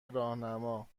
راهنما